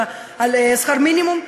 אלא על שכר מינימום,